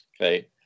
Okay